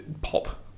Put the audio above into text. pop